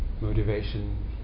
motivation